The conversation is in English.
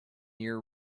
year